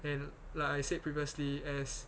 and like I said previously as